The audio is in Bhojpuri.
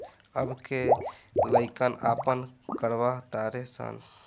अब के लइका आपन करवा तारे सन